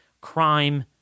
Crime